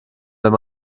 wenn